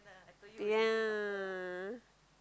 ya